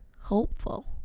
hopeful